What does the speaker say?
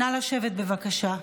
נא לשבת, בבקשה.